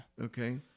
Okay